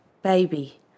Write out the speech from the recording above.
Baby